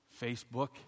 Facebook